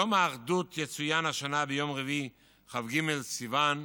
יום האחדות יצוין השנה ביום רביעי, כ"ג בסיוון,